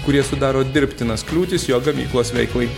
kurie sudaro dirbtinas kliūtis jo gamyklos veiklai